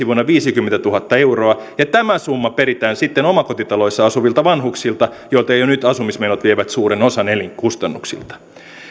vuonna viisikymmentätuhatta euroa ja tämä summa peritään sitten omakotitaloissa asuvilta vanhuksilta joilta jo nyt asumismenot vievät suuren osan elinkustannuksista